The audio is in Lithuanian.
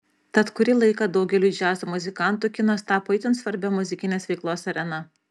tad kurį laiką daugeliui džiazo muzikantų kinas tapo itin svarbia muzikinės veiklos arena